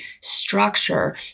structure